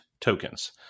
tokens